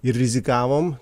ir rizikavom